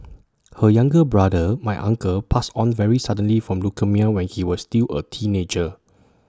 her younger brother my uncle passed on very suddenly from leukaemia when he was still A teenager